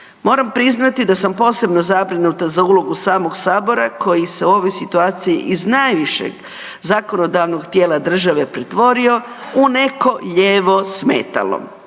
Moram priznati da sam posebno zabrinuti za ulogu samog Sabora koji sa ove situacije iz najvišeg zakonodavnog tijela države pretvorio u neko lijevo smetalo.